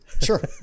Sure